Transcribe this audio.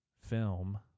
film